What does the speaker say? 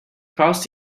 cross